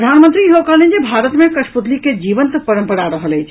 प्रधानमंत्री इहो कहलनि जे भारत मे कटपुतली के जीवंत परंपरा रहल अछि